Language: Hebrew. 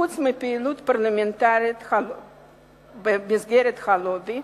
חוץ מפעילות פרלמנטרית במסגרת הלובי,